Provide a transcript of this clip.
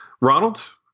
Ronald